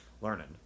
learning